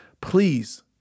Please